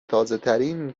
تازهترین